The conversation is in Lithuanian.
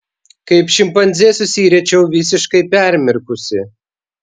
kaip šimpanzė susiriečiau visiškai permirkusi